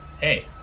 Hey